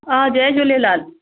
हा जय झूलेलाल